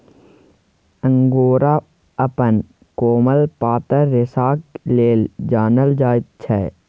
angora अपन कोमल पातर रेशाक लेल जानल जाइत छै